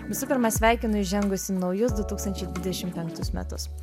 visų pirma sveikinu įžengus į naujus du tūkstančiai dvidešim penktus metus